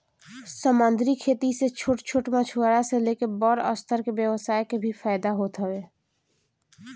समंदरी खेती से छोट छोट मछुआरा से लेके बड़ स्तर के व्यवसाय के भी फायदा होत हवे